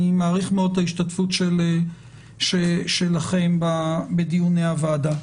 אני מעריך מאוד את ההשתתפות שלכם בדיוני הוועדה.